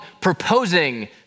proposing